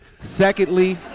secondly